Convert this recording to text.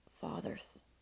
fathers